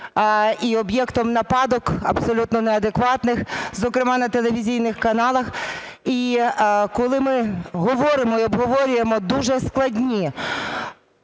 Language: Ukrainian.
і об'єктом нападок абсолютно неадекватних, зокрема на телевізійних каналах. І коли ми говоримо і обговорюємо дуже складні